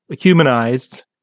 humanized